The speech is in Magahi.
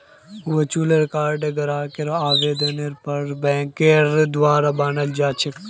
वर्चुअल कार्डक ग्राहकेर आवेदनेर पर बैंकेर द्वारा बनाल जा छेक